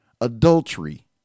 adultery